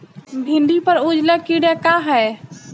भिंडी पर उजला कीड़ा का है?